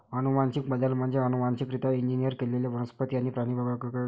अनुवांशिक बदल म्हणजे अनुवांशिकरित्या इंजिनियर केलेले वनस्पती आणि प्राणी वगळणे